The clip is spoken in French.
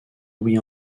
louis